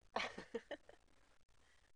לא, לא.